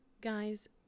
Guys